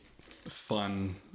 fun